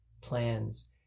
plans